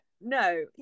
No